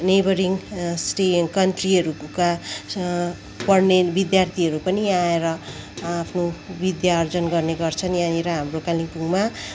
neighbouring state कन्ट्रीहरूका पढने विद्यार्थीहरू पनि यहाँ आएर आफ्नो विद्या आर्जन गर्ने गर्छन् यहाँनिर हाम्रो कालिम्पोङमा